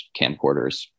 camcorders